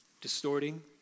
Distorting